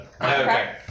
Okay